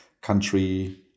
country